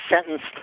sentenced